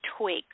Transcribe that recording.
tweak